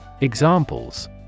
Examples